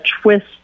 twist